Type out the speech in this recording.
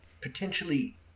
potentially